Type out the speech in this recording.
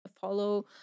follow